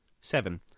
seven